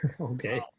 okay